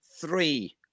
three